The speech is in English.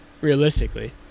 Realistically